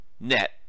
net